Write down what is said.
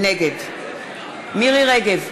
נגד מירי רגב,